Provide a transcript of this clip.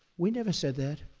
we never said that.